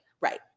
Right